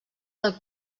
del